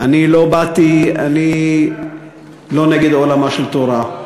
אני לא נגד עולמה של תורה,